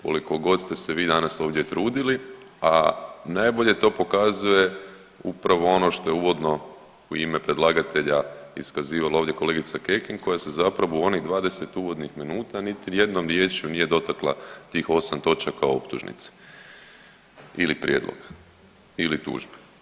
Koliko god ste se vi danas ovdje trudili, a najbolje to pokazuje upravo ono što je uvodno u ime predlagatelja iskazivala ovdje kolegica Kekin koja se zapravo u onih 20 uvodnih minuta niti jednom riječju nije dotakla tih osam točaka optužnice ili prijedloga ili tužbe.